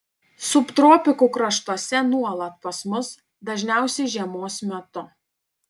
subtropikų kraštuose nuolat pas mus dažniausiai žiemos metu